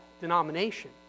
denomination